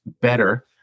better